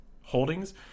holdings